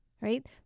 Right